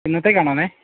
എന്നത്തേക്ക് വേണമെന്നേ